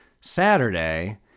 Saturday